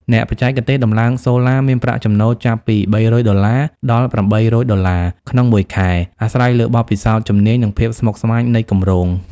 អ្នកបច្ចេកទេសដំឡើងសូឡាមានប្រាក់ចំណូលចាប់ពី ៣០០ ដុល្លារ ដល់ ៨០០ ដុល្លារ ក្នុងមួយខែ អាស្រ័យលើបទពិសោធន៍ជំនាញ និងភាពស្មុគស្មាញនៃគម្រោង។